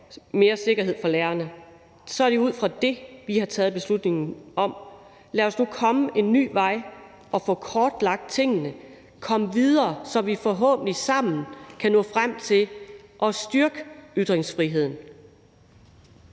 mere sikkerhed for lærerne, har vi ud fra det taget beslutningen om, at vi vil gå en ny vej og få kortlagt tingene og komme videre, så vi forhåbentlig sammen kan nå frem til at styrke ytringsfriheden.